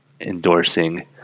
Endorsing